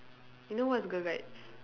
you know what's girl guides